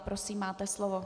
Prosím, máte slovo.